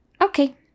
Okay